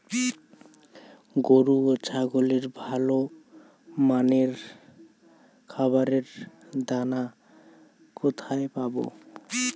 গরু ও ছাগলের ভালো মানের খাবারের দানা কোথায় পাবো?